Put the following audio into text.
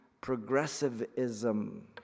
progressivism